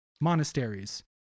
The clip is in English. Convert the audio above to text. monasteries